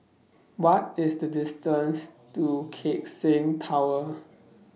What IS The distance to Keck Seng Tower